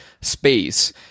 space